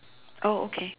oh okay